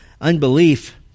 unbelief